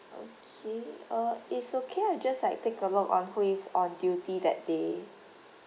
okay uh it's okay I'll just like take a look on who is on duty that day